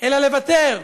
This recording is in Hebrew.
וללא לוותר.